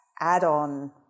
add-on